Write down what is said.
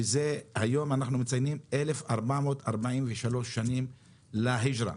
כשהיום אנחנו מציינים 1,443 שנים להיג'רה,